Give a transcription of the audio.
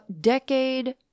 decade